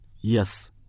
Yes